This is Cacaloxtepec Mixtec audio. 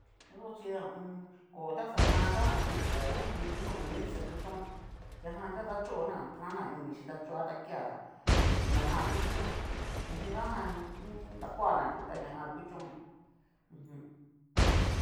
Yo'o chi ho o on. koo ta xanata ho o on. koo ñoni nixa kuchónnri, ñajan ta dachona tan na ta inixhí ta choa ta kia ta ho o on. ñajan kuchonnri ña nidajan ni dakuana nru ta ñajan kuchónnri mjum.